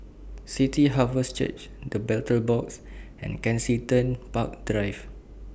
City Harvest Church The Battle Box and Kensington Park Drive